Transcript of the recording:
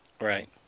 Right